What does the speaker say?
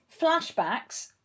flashbacks